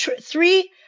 three